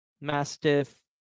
Mastiff